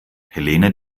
helene